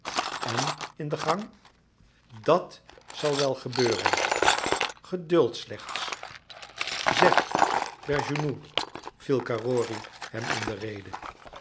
en in de gang dat zal wel gebeuren geduld slechts zeg bergounhoux viel carrory hem in de rede